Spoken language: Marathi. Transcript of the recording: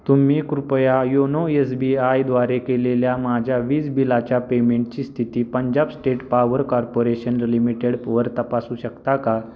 तुम्ही कृपया योनो येस बी आयद्वारे केलेल्या माझ्या वीज बिलाच्या पेमेंटची स्थिती पंजाब स्टेट पावर कार्पोरेशन लिमिटेडवर तपासू शकता का